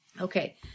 Okay